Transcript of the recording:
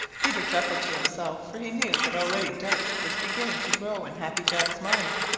peter chuckled to himself, for he knew that already doubt was beginning to grow in happy jack's mind.